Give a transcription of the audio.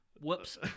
Whoops